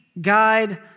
guide